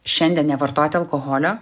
šiandien nevartoti alkoholio